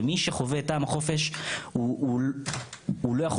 ומי שחווה את טעם החופש הוא לא יכול,